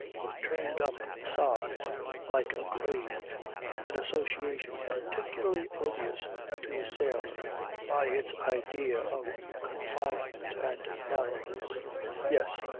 of turned-up sods like a grave an association particularly odious to a sailor by its idea of confinement and narrowness yes,